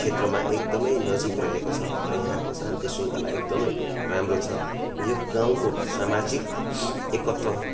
क्षेत्रमा एकदमै नजिक रहेको छ र यहाँको शान्ति श्रृङ्खला एकदमै राम्रो छ यो गाउँको सामाजिक एकत्व